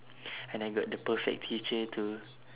and I got the perfect teacher to